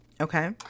okay